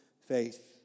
faith